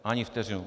Ani vteřinu!